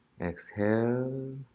Exhale